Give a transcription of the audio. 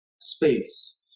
space